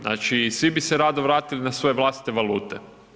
Znači svi bi se rado vratili na svoje vlastite valute.